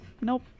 nope